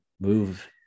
Move